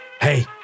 Hey